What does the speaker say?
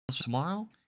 tomorrow